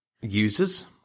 users